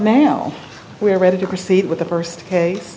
man we're ready to proceed with the first case